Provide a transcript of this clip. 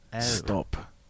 Stop